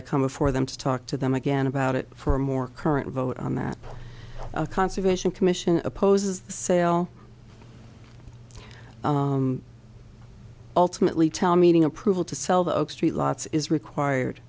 i come before them to talk to them again about it for a more current vote on that conservation commission opposes the sale ultimately tell meeting approval to sell the oak street lots is required